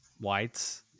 Whites